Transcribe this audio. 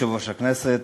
כבוד יושב-ראש הכנסת,